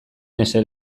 ezer